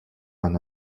она